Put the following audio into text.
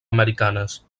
americanes